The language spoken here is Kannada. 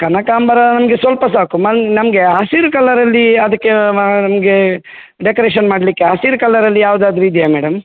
ಕನಕಾಂಬರ ನಮಗೆ ಸ್ವಲ್ಪ ಸಾಕು ಮನ್ ನಮಗೆ ಹಸಿರು ಕಲರಲ್ಲಿ ಅದಕ್ಕೆ ಮ ನಮ್ಗೆ ಡೆಕೊರೇಶನ್ ಮಾಡಲಿಕ್ಕೆ ಹಸಿರು ಕಲರಲ್ಲಿ ಯಾವುದಾದ್ರು ಇದೆಯ ಮೇಡಮ್